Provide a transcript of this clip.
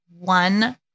one